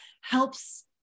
helps